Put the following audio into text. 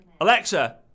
Alexa